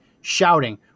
shouting